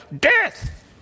death